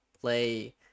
play